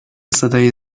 صدای